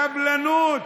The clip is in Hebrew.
סבלנות,